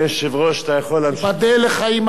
תיבדל לחיים ארוכים, וטובים ונעימים.